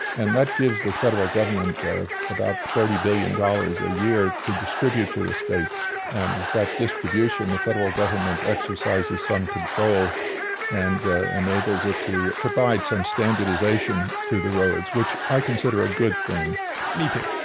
and that gives the federal government about thirty billion dollars a year to distribute to the states. and that distribution, the federal government exercises some control and enables it to provide some standardization to the roads, which i consider a good thing me too.